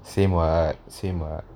same [what] same [what]